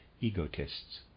egotists